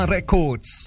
Records